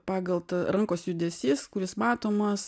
pagal rankos judesys kuris matomas